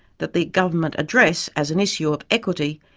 that the government address, as an issue of equity,